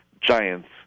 giants